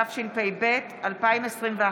התשפ"ב 2021,